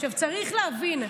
עכשיו, צריך להבין,